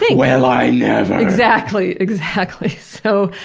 well, i exactly, exactly. so,